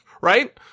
Right